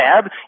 tab